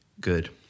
good